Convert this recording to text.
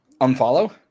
Unfollow